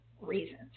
reasons